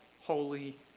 holy